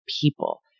people